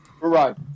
Right